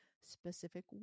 specific